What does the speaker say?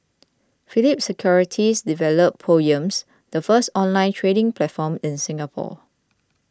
Phillip Securities developed Poems the first online trading platform in Singapore